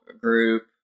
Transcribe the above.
group